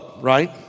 right